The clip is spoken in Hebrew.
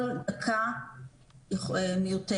כל דקה מיותרת.